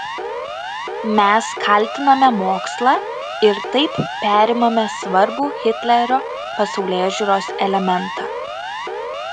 mes kaltiname mokslą ir taip perimame svarbų hitlerio pasaulėžiūros elementą